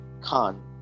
khan